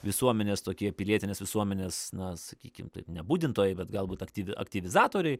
visuomenės tokie pilietinės visuomenės na sakykim taip ne budintojai bet galbūt aktyvi aktyvizatoriai